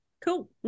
cool